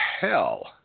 hell